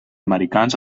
americans